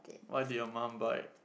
why did your mum buy